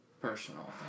Personal